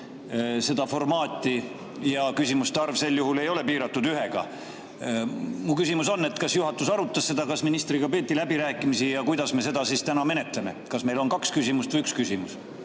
seda formaati ja küsimuste arv sel juhul ei ole piiratud ühega. Mu küsimus on: kas juhatus arutas seda? Kas ministriga peeti läbirääkimisi ja kuidas me seda täna menetleme? Kas meil on kaks küsimust või üks küsimus?